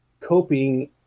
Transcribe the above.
coping